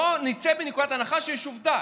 בואו נצא מנקודת הנחה שיש עובדה: